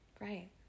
right